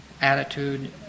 attitude